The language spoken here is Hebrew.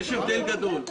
יש הבדל גדול.